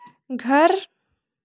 घर